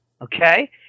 Okay